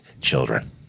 children